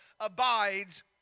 abides